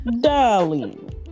darling